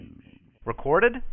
Recorded